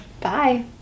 Bye